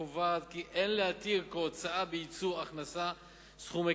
קובעת כי אין להתיר כהוצאה בייצור הכנסה סכומי